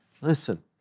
Listen